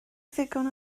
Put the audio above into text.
ddigon